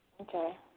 Okay